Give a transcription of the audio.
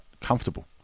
comfortable